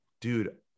dude